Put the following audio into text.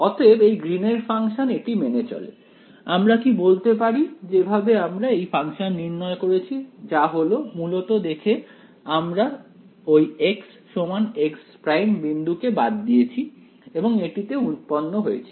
অতএব এই গ্রীন এর ফাংশন এটি মেনে চলে আমরা কি বলতে পারি যেভাবে আমরা এই ফাংশন নির্ণয় করেছি যা হলো মূলত দেখে আমরা ওই xx' বিন্দু কে বাদ দিয়েছি এবং এটিতে উৎপন্ন হয়েছে